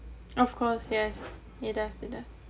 of course yes it have it have